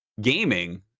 gaming